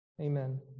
Amen